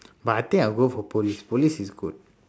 but I think I will go for police police is good